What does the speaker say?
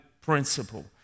principle